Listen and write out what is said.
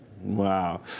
Wow